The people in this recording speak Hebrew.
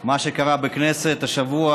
מה שקרה בכנסת השבוע